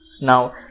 now